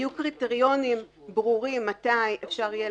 יהיו קריטריונים ברורים מתי אפשר יהיה